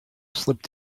slipped